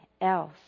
else